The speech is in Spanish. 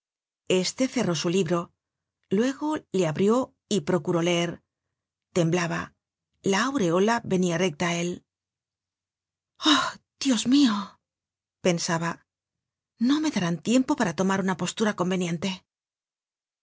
este cerró su libro luego le abrió y procuró leer temblaba la aureola venia recta á él ah dios mio pensaba no me darán tiempo para tomar una postura conveniente